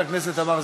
בוועדת העבודה,